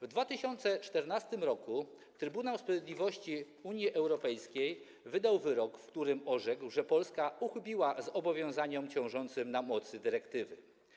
W 2014 r. Trybunał Sprawiedliwości Unii Europejskiej wydał wyrok, w którym orzekł, że Polska uchybiła zobowiązaniom ciążącym na mocy dyrektywy.